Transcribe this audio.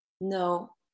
No